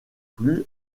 plus